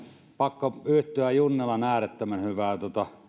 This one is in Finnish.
pakko yhtyä junnilan äärettömän hyvään